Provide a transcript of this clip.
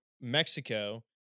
Mexico